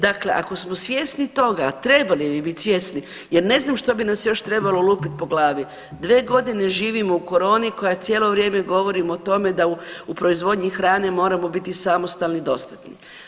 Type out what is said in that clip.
Dakle, ako smo svjesni toga, a trebali bi biti svjesni, jer ne znam što bi nas još trebalo lupiti po glavi, dvije godine živimo u koroni koja je cijelo vrijeme govorimo o tome da u proizvodnji hrane moramo biti samostalni i dostatni.